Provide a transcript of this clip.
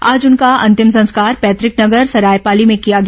आज उनका अंतिम संस्कार पैतृक नगर सरायपाली में किया गया